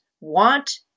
want